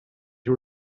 you